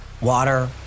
Water